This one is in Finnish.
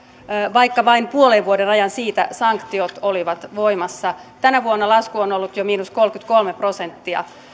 vaikka vain puolen vuoden ajan siitä sanktiot olivat voimassa tänä vuonna lasku on ollut jo miinus kolmekymmentäkolme prosenttia